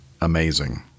amazing